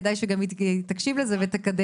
כדאי שגם היא תקשיב לזה ותקדם.